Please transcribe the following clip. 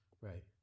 Right